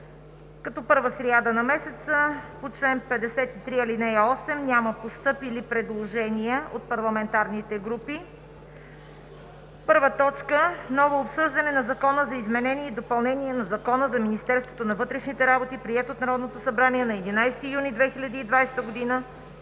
Като първа сряда на месеца по чл. 53, ал. 8 няма постъпили предложения от парламентарните групи. „1. Ново обсъждане на Закона за изменение и допълнение на Закона за Министерството на вътрешните работи, приет от Народното събрание на 11 юни 2020 г.,